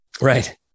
Right